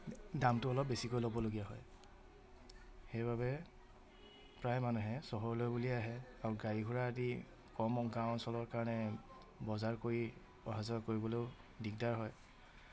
দামটো অলপ বেছিকৈ ল'বলগীয়া হয় সেইবাবে প্ৰায় মানুহে চহৰলৈ বুলিয়েই আহে আৰু গাড়ী ঘোৰা আদি কম গাঁও অঞ্চলৰ কাৰণে বজাৰ কৰি অহা যোৱা কৰিবলৈও দিগদাৰ হয়